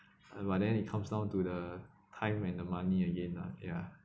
uh but then it comes down to the time and the money again lah ya